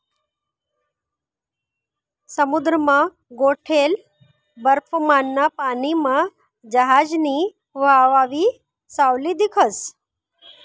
समुद्रमा गोठेल बर्फमाना पानीमा जहाजनी व्हावयी सावली दिखस